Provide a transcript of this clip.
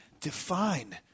Define